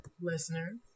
listener